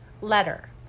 letter